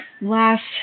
last